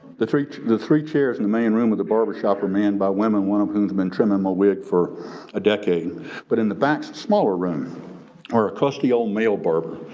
the three the three chairs in the main room with the barbershop were manned by women. one of whom have been trimming my wig for a decade but in the back smaller room are a crusty old male barber,